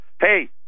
hey